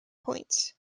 points